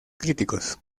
críticos